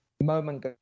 moment